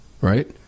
Right